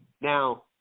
Now